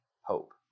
hope